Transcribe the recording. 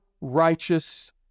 righteous